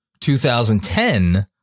2010